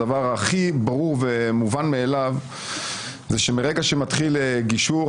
הדבר הכי ברור ומובן מאליו זה שמרגע שמתחיל גישור,